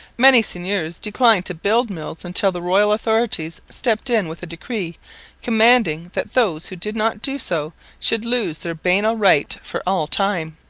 many seigneurs declined to build mills until the royal authorities stepped in with a decree commanding that those who did not do so should lose their banal right for all time.